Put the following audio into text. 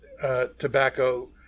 tobacco